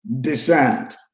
descend